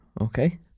okay